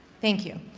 thank you.